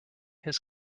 his